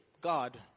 God